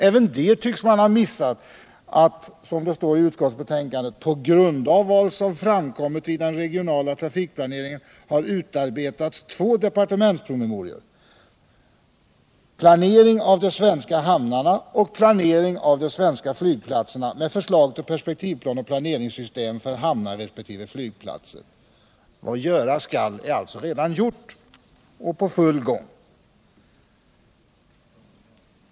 Även där tycks man ha missat att det i utskottsbetänkandet står: ”På grundval av vad som framkommit vid den regionala trafikplaneringen har vidare utarbetats två departementspromemorior ——— Planering av de svenska hamnarna och —-—-- Planering av de svenska flygplatserna med förslag till perspektivplan och planeringssystem för hamnar resp. flygplatser.” Vad göras skall är alltså redan gjort — eller i full gång.